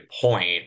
point